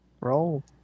Roll